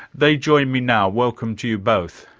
they join me now, welcome to you both.